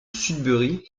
sudbury